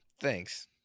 Thanks